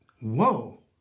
whoa